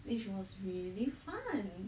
which was really fun